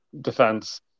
defense